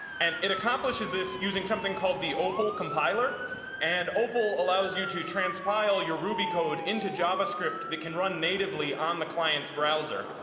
and it accomplishes this using something called the opal compiler and opal allows you to transpile your ruby code into javascript. they can run natively on the client's browser.